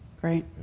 Great